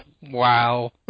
Wow